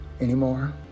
anymore